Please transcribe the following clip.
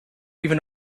even